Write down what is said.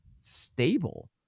stable